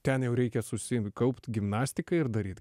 ten jau reikia susikaupt gimnastiką ir daryt